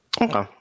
Okay